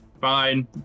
Fine